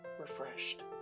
refreshed